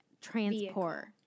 transport